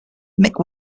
mick